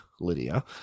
Lydia